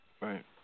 right